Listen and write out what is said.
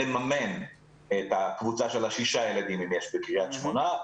לממן את הקבוצה של השישה ילדים אם יש בקריית שמונה,